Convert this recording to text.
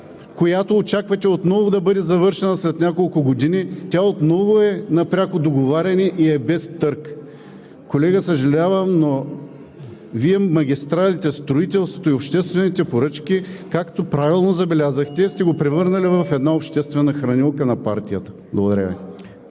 която очаквате отново да бъде завършена след няколко години, тя отново е на пряко договаряне и е без търг. Колега, съжалявам, но Вие магистралите, строителството и обществените поръчки, както правилно забелязахте, сте го превърнали в една обществена хранилка на партията. Благодаря Ви.